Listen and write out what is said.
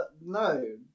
no